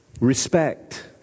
Respect